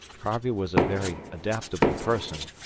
harvey was a very adaptable person,